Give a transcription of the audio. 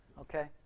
okay